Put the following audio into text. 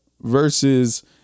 versus